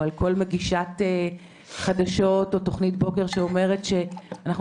או על כל מגישת חדשות או תוכנית בוקר שאומרת שאנחנו